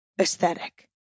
aesthetic